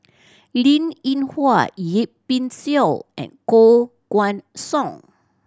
Linn In Hua Yip Pin Xiu and Koh Guan Song